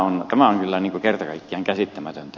tämä on kyllä kerta kaikkiaan käsittämätöntä